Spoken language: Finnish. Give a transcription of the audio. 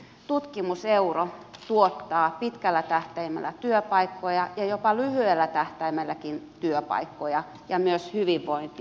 tutkimuseuro tuottaa pitkällä tähtäimellä työpaikkoja ja jopa lyhyellä tähtäimelläkin työpaikkoja ja myös hyvinvointia